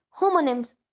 homonyms